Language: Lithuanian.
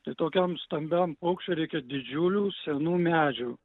tai tokiam stambiam paukščiui reikia didžiulių senų medžių